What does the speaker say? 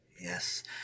yes